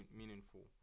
meaningful